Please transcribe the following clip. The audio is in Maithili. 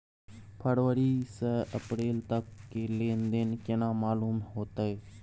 फरवरी से अप्रैल तक के लेन देन केना मालूम होते?